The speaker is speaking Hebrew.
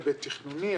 היבט תכנוני,